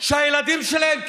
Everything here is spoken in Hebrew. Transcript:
שהילדים שלהם,